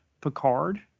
Picard